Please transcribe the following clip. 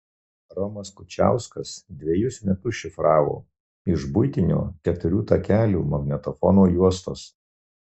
romas kučiauskas dvejus metus šifravo iš buitinio keturių takelių magnetofono juostos